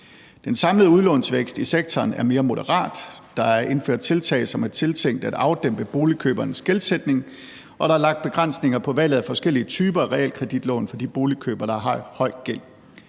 Den samlede udlånsvækst i sektoren er mere moderat. Der er indført tiltag, som er tiltænkt at afdæmpe boligkøbernes gældsætning, og der er lagt begrænsninger på valget af forskellige typer af realkreditlån for de boligkøbere, der har høj gæld.